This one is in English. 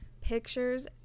pictures